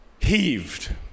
heaved